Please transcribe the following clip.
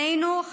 עלינו,